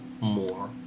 more